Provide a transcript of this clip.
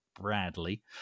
Bradley